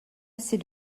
assez